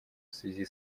связи